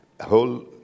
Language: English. whole